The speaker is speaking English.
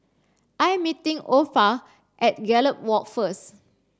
I am meeting Orpha at Gallop Walk first